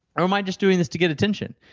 or am i just doing this to get attention?